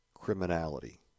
criminality